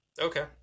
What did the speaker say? Okay